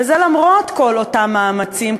למרות כל אותם מאמצים.